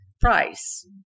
price